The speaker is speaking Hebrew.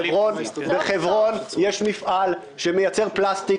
בחברון יש מפעל שמייצר פלסטיק,